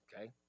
okay